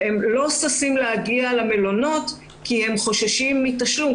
שהם לא ששים להגיע למלונות כי הם חוששים מתשלום.